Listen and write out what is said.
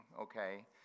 okay